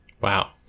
Wow